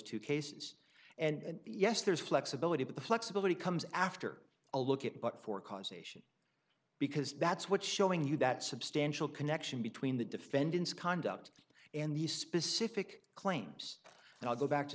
two cases and yes there's flexibility but the flexibility comes after a look at but for causation because that's what showing you that substantial connection between the defendant's conduct and the specific claims and i'll go back to